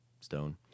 Stone